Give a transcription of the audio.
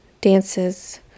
dances